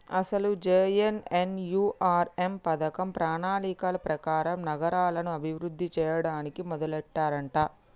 అసలు జె.ఎన్.ఎన్.యు.ఆర్.ఎం పథకం ప్రణాళిక ప్రకారం నగరాలను అభివృద్ధి చేయడానికి మొదలెట్టారంట